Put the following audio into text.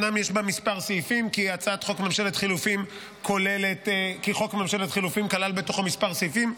אומנם יש בה כמה סעיפים כי חוק ממשלת חילופים כלל בתוכו כמה סעיפים,